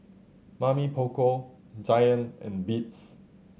Mamy Poko Giant and Beats